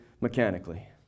mechanically